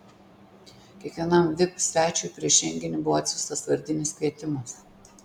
kiekvienam vip svečiui prieš renginį buvo atsiųstas vardinis kvietimas